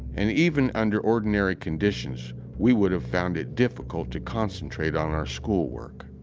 and even under ordinary conditions, we would've found it difficult to concentrate on our schoolwork.